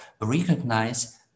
recognize